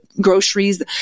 groceries